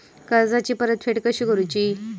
कर्जाची परतफेड कशी करूची?